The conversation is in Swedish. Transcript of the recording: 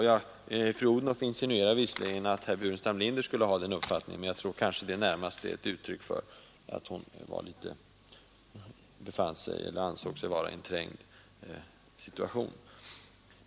Fru Odhnoff insinuerade visserligen att herr Burenstam Linder skulle ha den uppfattningen, men det berodde nog på att hon befann sig i en trängd situation.